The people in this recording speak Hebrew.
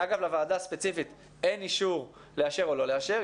שאגב לוועדה ספציפית אין אישור לאשר או לא לאשר.